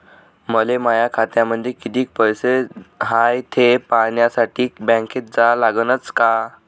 मले माया खात्यामंदी कितीक पैसा हाय थे पायन्यासाठी बँकेत जा लागनच का?